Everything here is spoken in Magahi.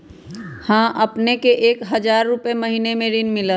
हां अपने के एक हजार रु महीने में ऋण मिलहई?